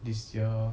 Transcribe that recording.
this year